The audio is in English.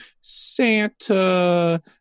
Santa